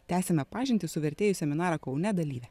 tęsiame pažintį su vertėjų seminaro kaune dalyve